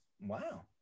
Wow